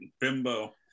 bimbo